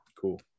Cool